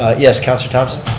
yes, councilor thomson.